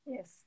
Yes